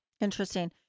Interesting